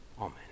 Amen